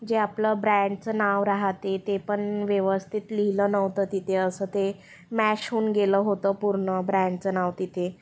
जे आपलं ब्रँडचं नाव राहते ते पण व्यवस्थित लिहिलं नव्हतं तिठे असं ते मॅश होऊन गेलं होतं पूर्ण ब्रॅन्डचं नाव तिथे